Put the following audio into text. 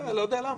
אני לא יודע למה.